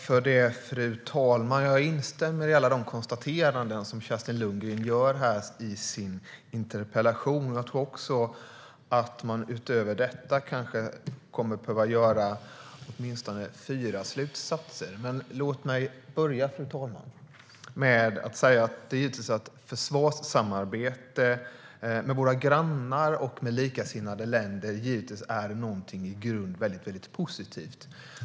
Fru talman! Jag instämmer i alla de konstateranden som Kerstin Lundgren gör i sin interpellation. Jag tror att man utöver detta kanske kommer att behöva dra åtminstone fyra slutsatser. Men låt mig börja med att säga detta, fru talman: Försvarssamarbete med våra grannar och med likasinnade länder är givetvis något i grunden väldigt positivt.